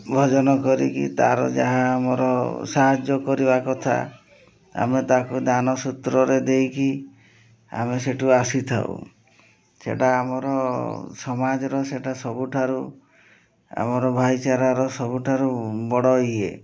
ଭୋଜନ କରିକି ତା'ର ଯାହା ଆମର ସାହାଯ୍ୟ କରିବା କଥା ଆମେ ତାକୁ ଦାନସୂତ୍ରରେ ଦେଇକି ଆମେ ସେଇଠୁ ଆସିଥାଉ ସେଇଟା ଆମର ସମାଜର ସେଇଟା ସବୁଠାରୁ ଆମର ଭାଇଚାରାର ସବୁଠାରୁ ବଡ଼ ଇଏ